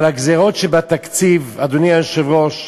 אבל הגזירות שבתקציב, אדוני היושב-ראש,